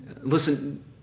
Listen